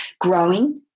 growing